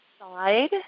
side